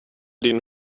din